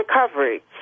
recovery